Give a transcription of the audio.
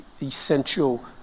essential